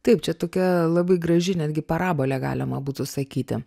taip čia tokia labai graži netgi parabolę galima būtų sakyti